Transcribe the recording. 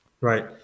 Right